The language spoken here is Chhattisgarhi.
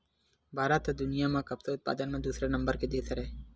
भारत ह दुनिया म कपसा उत्पादन म दूसरा नंबर के देस हरय